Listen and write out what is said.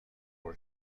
for